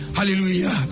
Hallelujah